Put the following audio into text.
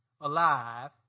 alive